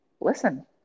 listen